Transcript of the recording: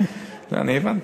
אני הבנתי.